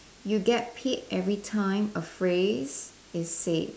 you get paid every time a phrase is said